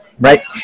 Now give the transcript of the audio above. right